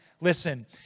Listen